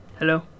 Hello